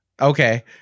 Okay